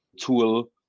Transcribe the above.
tool